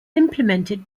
implemented